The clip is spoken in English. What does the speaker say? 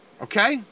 okay